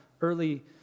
early